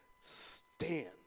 stand